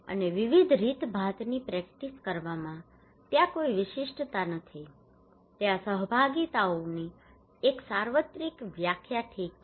અને વિવિધ રીતભાતની પ્રેક્ટિસ કરવામાં ત્યાં કોઈ વિશિષ્ટતા નથી ત્યાં સહભાગીતાઓની એક સાર્વત્રિક વ્યાખ્યા ઠીક છે